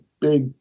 big